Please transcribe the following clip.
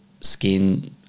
skin